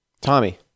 Tommy